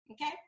okay